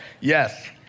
yes